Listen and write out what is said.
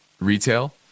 retail